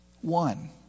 one